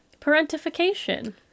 parentification